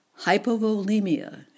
hypovolemia